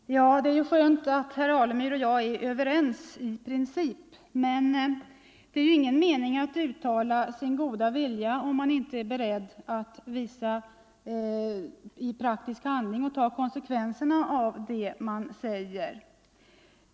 Herr talman! Det är ju skönt att herr Alemyr och jag är överens i princip, men det är ingen mening med att uttala sin goda vilja om man inte är beredd att i praktisk handling ta konsekvenserna av det man säger.